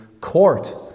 court